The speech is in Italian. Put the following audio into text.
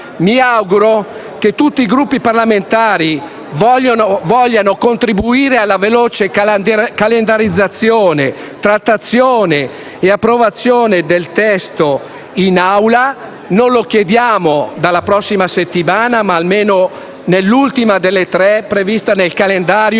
Mi auguro che tutti i Gruppi parlamentari vogliano contribuire alla veloce calendarizzazione, trattazione e approvazione del testo in Aula. Non chiediamo che ciò avvenga nella prossima settimana, ma almeno nell'ultima delle tre previste nel calendario